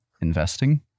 investing